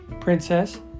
Princess